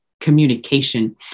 communication